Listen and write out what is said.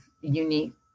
unique